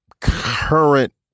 current